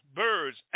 birds